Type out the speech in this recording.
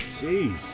Jeez